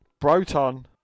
Broton